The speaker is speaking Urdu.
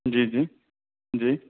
جی جی جی